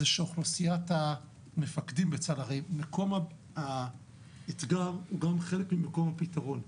אוכלוסיית המפקדים בצה"ל הרי מקום האתגר הוא גם חלק ממקום הפתרון.